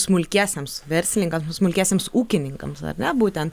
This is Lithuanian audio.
smulkiesiems verslininkams smulkiesiems ūkininkams ar ne būtent